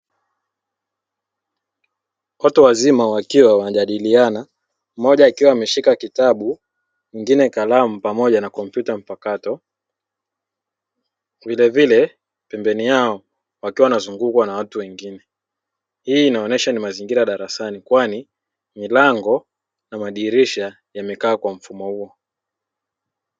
Watu wazima wakiwa wanajadiliana mmoja akiwa ameshika kitabu mwingine kalamu pamoja na kompyuta mpakato vilevile pembeni yao wakiwa wanazungukwa na watu wengine. Hii inaonesha ni mazingira ya darasani kwani milango na madirisha yamekaa kwa mfumo huo.